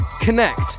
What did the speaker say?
connect